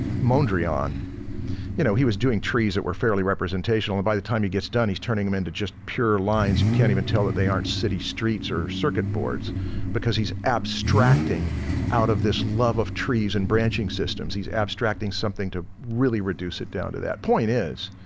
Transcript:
mondrian you know, he was doing trees that were fairly representational and by the time he gets done, he's turning them into just pure lines, you can't even tell that they aren't city streets or circuit boards because he's abstracting out of this love of trees and branching systems. he's abstracting something to really reduce it down to that. point is,